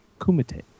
Kumite